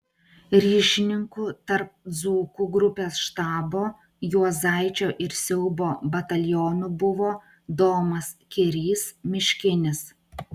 ryšininku tarp dzūkų grupės štabo juozaičio ir siaubo batalionų buvo domas kirys miškinis